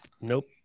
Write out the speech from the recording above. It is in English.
Nope